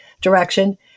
direction